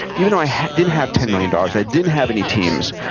even though i didn't have ten million dollars, i didn't have any teams,